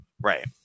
Right